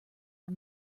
our